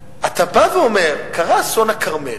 אתה בא ואומר, קרה אסון הכרמל,